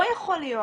לא יכול להיות